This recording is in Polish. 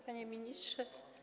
Panie Ministrze!